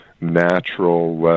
natural